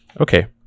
Okay